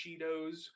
Cheetos